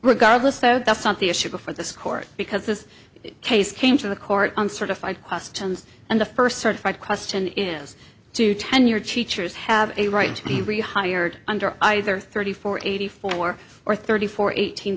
regardless though that's not the issue before this court because this case came to the court on certified questions and the first certified question is to tenured teachers have a right to be rehired under either thirty four eighty four or thirty four eight